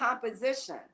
composition